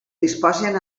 disposen